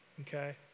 Okay